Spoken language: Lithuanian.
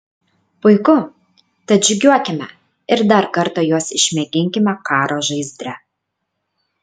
puiku tad žygiuokime ir dar kartą juos išmėginkime karo žaizdre